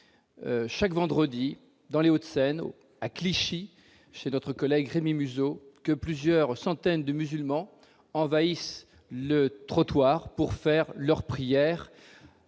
chaque vendredi dans Les Hauts-de-Seine à Clichy chez d'autres collègues, Rémi Muzeau que plusieurs centaines de musulmans envahissent le trottoir pour faire leur prière,